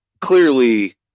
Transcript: clearly